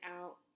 out